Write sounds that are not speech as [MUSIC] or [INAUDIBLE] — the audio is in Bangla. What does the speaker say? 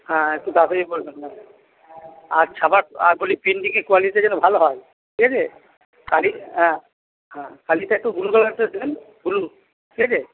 হ্যাঁ হ্যাঁ একটু তাড়াতাড়ি করবেন [UNINTELLIGIBLE] আর ছাপা আর বলি প্রিন্টিংয়ের কোয়ালিটিটা যেন ভালো হয় ঠিক আছে কালি হ্যাঁ হ্যাঁ কালিটা একটু ব্লু কালারটা দেবেন ব্লু ঠিক আছে